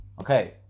Okay